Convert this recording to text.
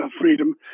freedom